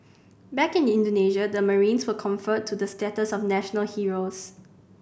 back in Indonesia the marines were conferred the status of national heroes